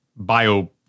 Bio